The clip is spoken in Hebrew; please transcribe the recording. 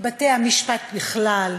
בתי-המשפט בכלל,